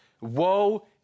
woe